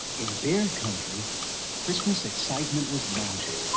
in bear country christmas excitement was mounting.